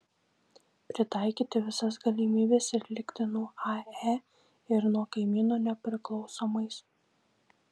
pritaikyti visas galimybes ir likti nuo ae ir nuo kaimynų nepriklausomais